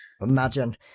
imagine